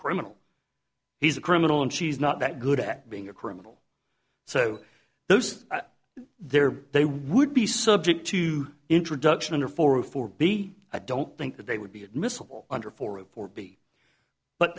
criminal he's a criminal and she's not that good at being a criminal so those there they would be subject to introduction of her for a for b i don't think that they would be admissible under four of four b but